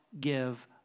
give